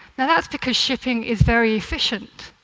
now that's because shipping is very efficient.